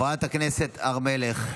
חברת הכנסת הר מלך.